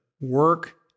Work